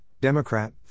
Democrat